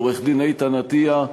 עורך-הדין איתן אטיה,